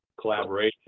collaboration